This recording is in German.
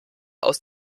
aus